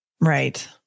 Right